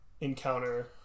encounter